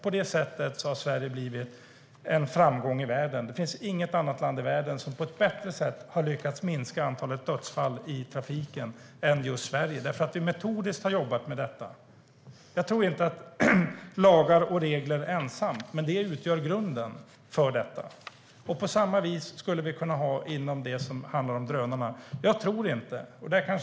På det sättet har Sverige nått framgång i världen. Det finns inget annat land i världen som på ett bättre sätt lyckats minska antalet dödsfall i trafiken, och det beror på att vi har jobbat med detta metodiskt. Jag tror inte att det i sig är tillräckligt med lagar och regler, men de utgör grunden. På samma vis skulle vi kunna ha det gällande drönarna.